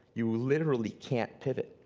you literally can't pivot.